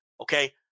Okay